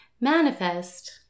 manifest